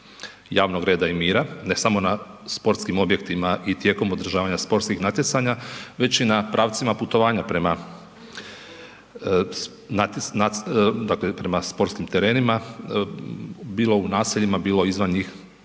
javnog reda i mira, ne samo na sportskim objektima i tijekom održavanja sportskih natjecanja, već i na pravcima putovanja prema, dakle prema sportskim terenima, bilo u naseljima, bilo izvan njih,